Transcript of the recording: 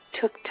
took